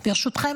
ברשותכם,